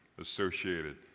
associated